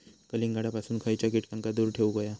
कलिंगडापासून खयच्या कीटकांका दूर ठेवूक व्हया?